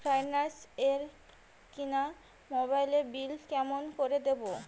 Finance এ কিনা মোবাইলের বিল কেমন করে দিবো?